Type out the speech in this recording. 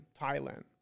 thailand